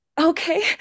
okay